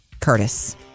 Curtis